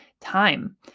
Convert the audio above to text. time